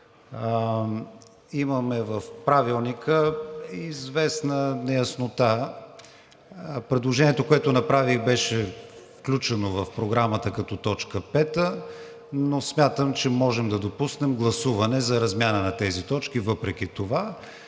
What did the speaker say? имаме в Правилника известна неяснота. Предложението, което направих, беше включено в програмата като точка пета, но смятам, че можем да допуснем гласуване за размяна на тези точки въпреки това,